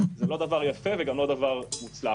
זה לא דבר יפה וגם לא דבר מוצלח.